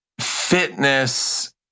fitness